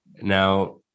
Now